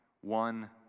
one